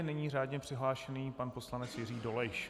Nyní řádně přihlášený pan poslanec Jiří Dolejš.